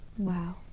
Wow